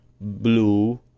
blue